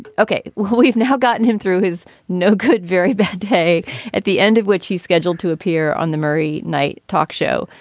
ok. well we've now gotten him through his no good very bad day at the end of which he's scheduled to appear on the murray night talk show.